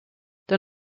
der